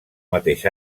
mateix